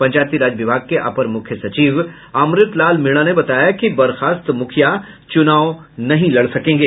पंचायती राज विभाग के अपर मुख्य सचिव अमृत लाल मीणा ने बताया कि बर्खास्त मुखिया चुनाव नहीं लड़ सकेंगे